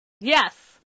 Yes